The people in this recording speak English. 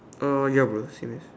uh ya bro serious